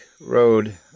road